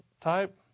type